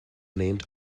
named